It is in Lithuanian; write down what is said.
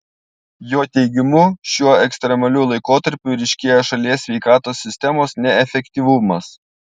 jo teigimu šiuo ekstremaliu laikotarpiu ryškėja šalies sveikatos sistemos neefektyvumas